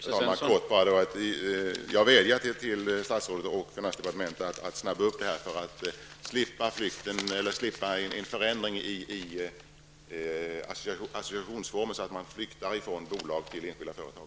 Herr talman! Jag vädjar till statsrådet och finansdepartementet att snabba på arbetet för att vi skall slippa en förändring i associationsformen som gör att man flyktar från bolag till enskilda företag.